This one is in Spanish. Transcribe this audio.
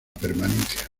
permanencia